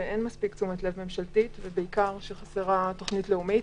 שאין מספיק תשומת לב ממשלתית ובעיקר שחסרה תוכנית לאומית.